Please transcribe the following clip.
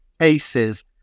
ACEs